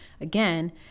Again